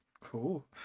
Cool